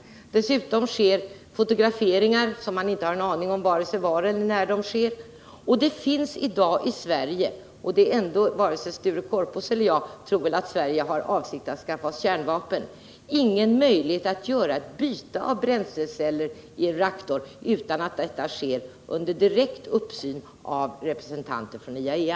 Dessutom sker fotograferingar utan att man har en aning om vare sig var eller när de sker. Det finns i dag i Sverige — varken Sture Korpås eller jag tror väl att Sverige har för avsikt att skaffa kärnvapen — ingen möjlighet att göra ett byte av bränsleceller i en reaktor utan att det sker under direkt uppsikt av representanter från IAEA.